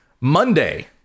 Monday